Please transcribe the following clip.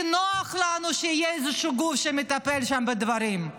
כי נוח לנו שיהיה איזשהו גוף שמטפל שם בדברים.